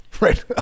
right